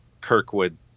Kirkwood